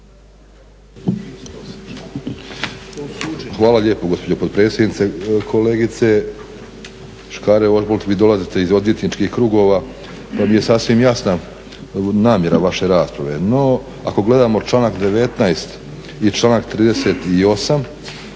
Hvala lijepo gospođo potpredsjednice. Kolegice Škare-Ožbolt vi dolazite iz odvjetničkih krugova pa mi je sasvim jasna namjera vaše rasprave. No, ako gledamo članak 19. i članak 38.,